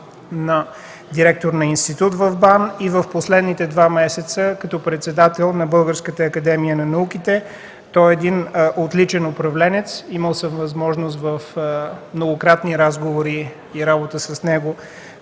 на директор на институт в БАН и в последните два месеца като председател на Българската академия на науките. Той е един отличен управленец. Имал съм възможност в многократни разговори и работа с него